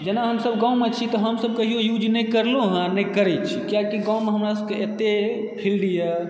जेना हम सब गाममे छी तऽ हम सब कहियौ यूज नहि करलहुँ हँ नहि करैत छी किआकि गाममे हमरा सबके एते फील्ड यऽ